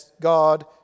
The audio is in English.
God